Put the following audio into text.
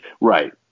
Right